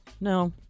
No